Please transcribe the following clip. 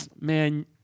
man